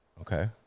Okay